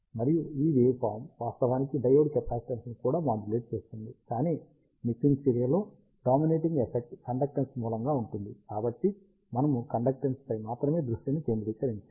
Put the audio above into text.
మరియు ఈ wave form వాస్తవానికి డయోడ్ కెపాసిటెన్స్ను కూడా మాడ్యులేట్ చేస్తుంది కానీ మిక్సింగ్ చర్యలో డామినేటింగ్ ఎఫెక్ట్ కండక్టేన్స్ మూలముగా ఉంటుంది కాబట్టి మనము కండక్టేన్స్ పై మాత్రమే దృష్టిని కేంద్రీకరించాము